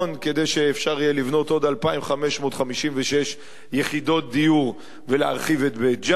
כדי שאפשר יהיה לבנות עוד 2,556 יחידות דיור ולהרחיב את בית-ג'ן.